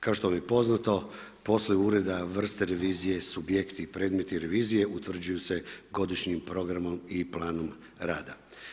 Kao što vam je poznato, poslovi ureda, vrste revizije, subjekti, predmeti revizije utvrđuje se godišnjim programom i planom rada.